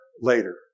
later